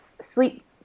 sleep